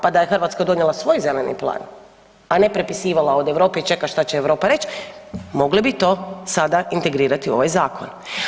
Pa da je Hrvatska donijela svoj Zeleni plan, a ne prepisivala od Europe i čeka šta će Europa reć, mogli bi to sada integrirati u ovaj zakon.